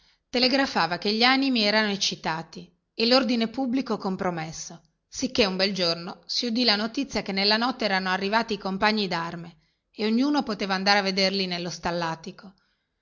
carradore telegrafava che gli animi erano eccitati e lordine pubblico compromesso sicchè un bel giorno si udì la notizia che nella notte erano arrivati i compagni darme e ognuno poteva andare a vederli nello stallatico